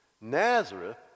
Nazareth